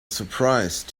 surprise